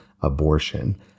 abortion